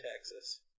Texas